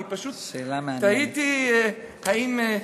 אני פשוט תהיתי אם,